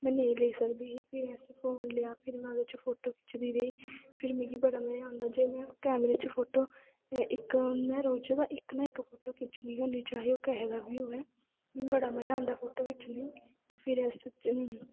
में नेईं लैई सकदी ही फिर असें फोन लेआ फिर में ओह्दे च फोटो खिचदी रेही फिर मिगी बड़ा मजा आंदा जे में कैमरे च फोटो में रोजे दा इक ना इक फोटो खिच्चनी गै होन्नीं ओह् चाहे किसै दा बी होऐ मी बड़ा मजा आंदा फोटो खिच्चने गी फिर इस च